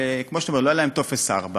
וכמו שאתה אומר, לא היה להן טופס 4,